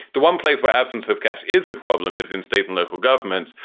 the one place where absence of cash is a problem is in state and local governments.